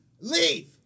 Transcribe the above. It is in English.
leave